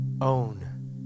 own